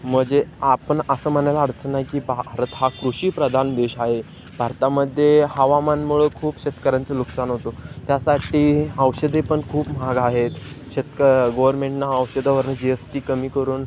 म्हणजे आपण असं म्हणायला अडचण नाही की भारत हा कृषी प्रदान देश आहे भारतामध्ये हवामानमुळं खूप शेतकऱ्यांचं नुकसान होतं त्यासाठी औषधे पण खूप महाग आहेत शेतक गोरमेंटनं औषधावरून जी एस टी कमी करून